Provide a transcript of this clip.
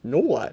no [what]